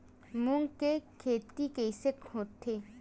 मूंग के खेती कइसे होथे?